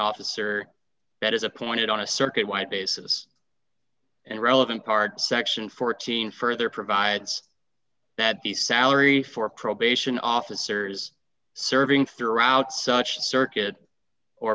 officer that is appointed on a circuit white basis and relevant part section fourteen further provides that the salary for probation officers serving throughout such circuit or